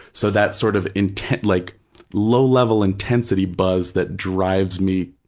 so that sort of inten, like low-level intensity buzz that drives me,